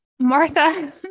Martha